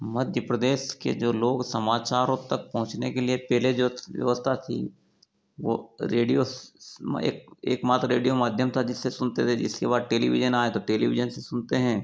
मध्य प्रदेश के जो लोग समाचारों तक पहुँचने के लिए पहले जो व्यवस्था थी वह रेडियो एक एकमात्र रेडियो माध्यम था जिससे सुनते थे इसके बाद टेलीविजन आया तो टेलीविजन से सुनते हैं